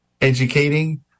educating